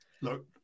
Look